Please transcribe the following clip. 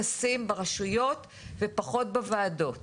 לשים ברשויות ופחות בוועדות.